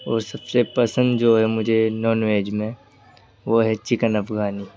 اور سب سے پسند جو ہے مجھے نان ویج میں وہ ہے چکن افغانی